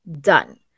done